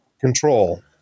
control